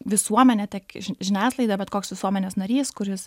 visuomenė tiek žiniasklaida bet koks visuomenės narys kuris